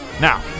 Now